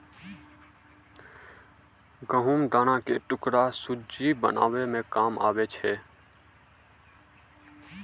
गहुँम दाना के टुकड़ा सुज्जी बनाबै मे काम आबै छै